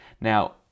Now